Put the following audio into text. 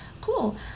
Cool